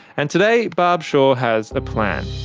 and today. barb shaw has a plan.